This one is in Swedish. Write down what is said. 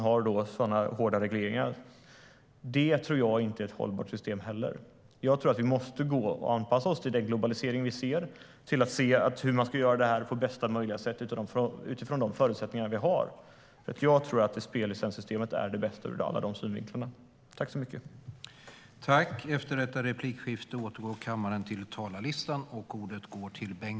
Så hårda är regleringarna.